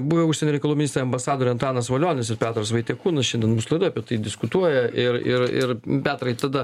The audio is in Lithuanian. buvę užsienio reikalų ministrai ambasadoriai antanas valionis ir petras vaitiekūnas šiandien mūsų laidoj apie tai diskutuoja ir ir ir petrai tada